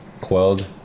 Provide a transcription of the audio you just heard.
quelled